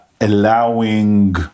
allowing